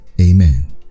amen